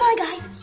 ah guys,